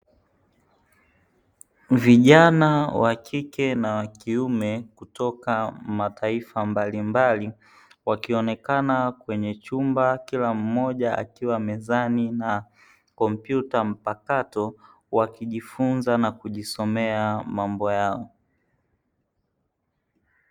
Vijana wa kike na wa kiume kutoka mataifa mbalimbali wakionekana kwenye chumba; kila mmoja akiwa mezani na kompyuta mpakato wakijifunza na kujisomea mambo yao.